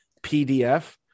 PDF